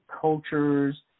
cultures